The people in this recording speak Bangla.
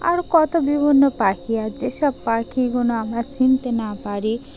আর কত বিভিন্ন পাখি আছে যেসব পাখিগুলো আমরা চিনতে না পারি